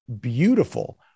beautiful